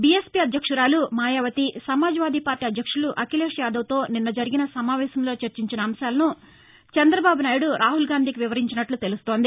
BSP అధ్యక్షురాలు Mayawati Samajwadi party అధ్యక్షులు అఖిలేష్ యాదవ్తో నిన్న జరిగిన సమావేశంలో చర్చించిన అంశాలను చంద్రబాబు నాయుడు రాహుల్గాంధీకి వివరించినట్లు తెలుస్తోంది